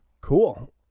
Cool